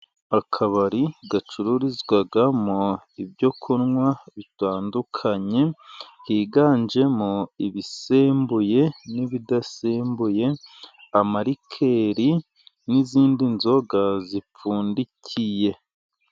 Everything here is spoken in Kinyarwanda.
Akabari gacururizwamo ibyokunywa bitandukanye, higanjemo ibisembuye, n'ibidasembuye, amarikeri n'izindi nzoga zipfundikiye.